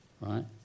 right